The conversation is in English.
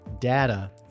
data